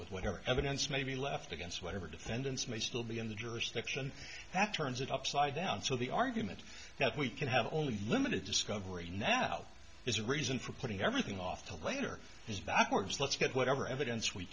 with whatever evidence may be left against whatever defendants may still be in the jurisdiction that turns it upside down so the argument that we can have only limited discovery now is reason for putting everything off to later is backwards let's get whatever evidence we